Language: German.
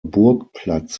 burgplatz